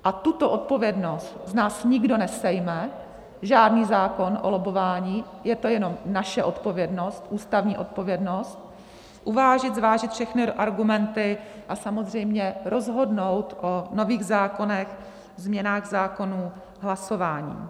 A tuto odpovědnost z nás nikdo nesejme, žádný zákon o lobbování, je to jenom naše odpovědnost, ústavní odpovědnost uvážit, zvážit všechny argumenty a samozřejmě rozhodnout o nových zákonech, změnách zákonů, v hlasování.